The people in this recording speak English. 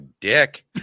dick